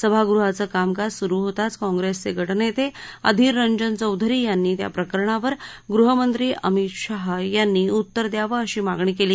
सभागृहाचं कामकाज सुरु होताच काँग्रेसचे गानेते अधीर रंजन चौधरी यांनी त्या प्रकरणावर गृहमंत्री अमित शहा यांनी उत्तर द्यावं अशी मागणी केली